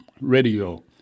radio